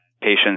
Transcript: patients